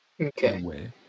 okay